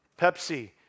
Pepsi